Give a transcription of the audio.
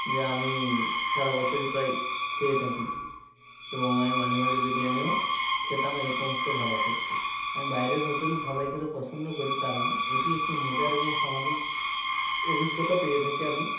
যা আমি সারা বছরই প্রায় খেয়ে থাকি এবং আমি মাঝে মাঝে বিরিয়ানিও খেতাম এই সমস্ত ধাবাতে আমি বাইরের হোটেল ও ধাবায় খেতে পছন্দ করি কারণ এটি একটি মজার এবং সামাজিক অভিজ্ঞতা পেয়ে থাকি আমি